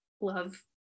love